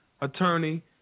attorney